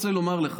מתי הישיבה מחר?